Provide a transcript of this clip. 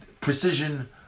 precision